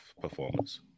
performance